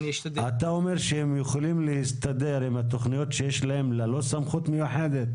אתה אומר שהם יכולים להסתדר עם התכניות שיש להם ללא סמכות מיוחדת?